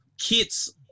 kids